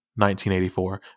1984